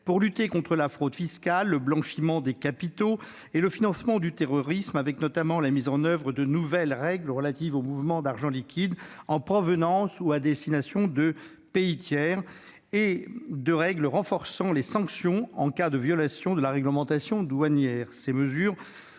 pour lutter contre la fraude fiscale, le blanchiment des capitaux et le financement du terrorisme. Ainsi, il met en oeuvre de nouvelles règles relatives aux mouvements d'argent liquide en provenance ou à destination des pays tiers et renforce les sanctions en cas de violation de la réglementation douanière.